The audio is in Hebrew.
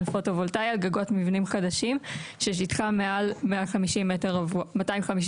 פוטו-וולטאים על גגות של מבנים ששטחם מעל 250 מ"ר.